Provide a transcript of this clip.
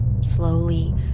slowly